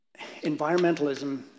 environmentalism